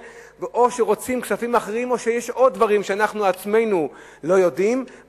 או שרוצים כספים לאחרים או שיש עוד דברים שאנחנו עצמנו לא יודעים,